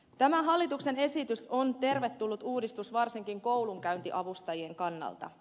tämä hallituksen esitys on tervetullut uudistus varsinkin koulunkäyntiavustajien kannalta